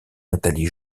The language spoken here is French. nathalie